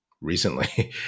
recently